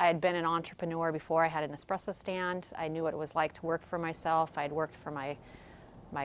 had been an entrepreneur before i had an especial stand i knew what it was like to work for myself i had worked for my my